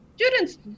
Students